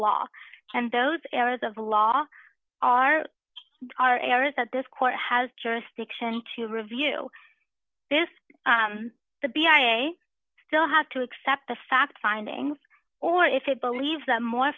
law and those areas of the law are are areas that this court has jurisdiction to review this the be i am still have to accept the fact findings or if it believes that more